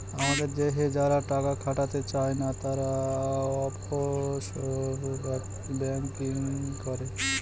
আমাদের দেশে যারা টাকা খাটাতে চাই না, তারা অফশোর ব্যাঙ্কিং করে